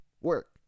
work